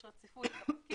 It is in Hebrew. יש רציפות ספקים,